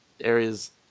areas